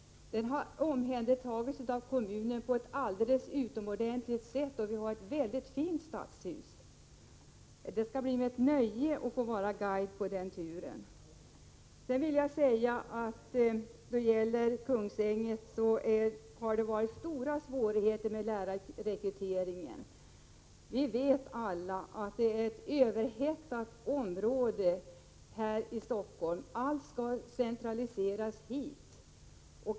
Den har omhändertagits av kommunen på ett alldeles utomordentligt sätt. Nu har vi ett väldigt fint stadshus i Umeå. Det skall bli mig ett nöje att vara guide på den turen. Vad gäller Kungsängen har det där varit stora svårigheter med rekryteringen av lärare. Vi vet alla att Stockholm är ett överhettat område. Allt skall centraliseras hit.